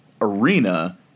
arena